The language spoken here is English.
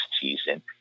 season